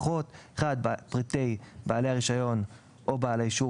פרטי בעל הרישיון או בעל האישור,